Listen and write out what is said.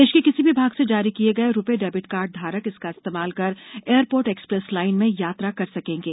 देश के किसी भी भाग से जारी किए गए रुपे डेबिट कार्ड धारक इसका इस्तेमाल कर एयरपोर्ट एक्सप्रेस लाइन में यात्रा कर सकेंगे